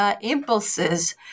impulses